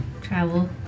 travel